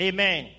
Amen